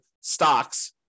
stocks